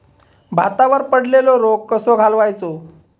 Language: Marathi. भातावर पडलेलो रोग कसो घालवायचो?